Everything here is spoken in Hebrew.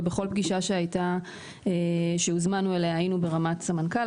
ובכל פגישה שהוזמנו אליה היינו ברמת סמנכ"ל,